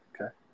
Okay